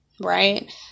Right